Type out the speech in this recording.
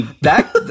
back